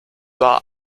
war